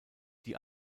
die